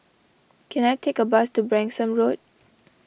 can I take a bus to Branksome Road